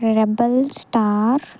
rebel star